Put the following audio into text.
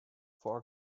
for